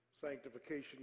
sanctification